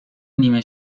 نیمه